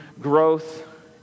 growth